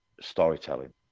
storytelling